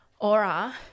Aura